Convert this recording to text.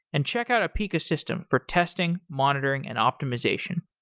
and check out apica system for testing, monitoring, and optimization.